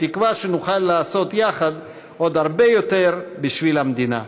בתקווה שנוכל לעשות יחד עוד הרבה יותר בשביל המדינה.